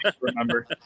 Remember